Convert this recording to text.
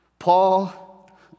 Paul